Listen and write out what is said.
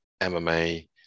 MMA